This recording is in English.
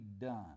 done